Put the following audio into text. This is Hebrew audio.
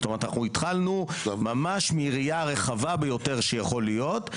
אנחנו התחלנו מהיריעה הרחבה ביותר שיכולה להיות,